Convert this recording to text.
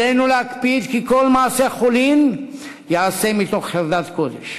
עלינו להקפיד כי כל מעשה חולין ייעשה מתוך חרדת קודש.